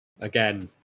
Again